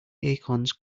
acorns